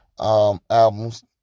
Albums